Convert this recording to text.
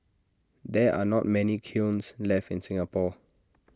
there are not many kilns left in Singapore